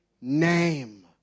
name